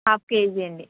half kg అండీ